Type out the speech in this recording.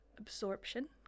absorption